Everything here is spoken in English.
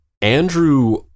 Andrew